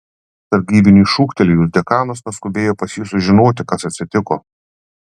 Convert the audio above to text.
sargybiniui šūktelėjus dekanas nuskubėjo pas jį sužinoti kas atsitiko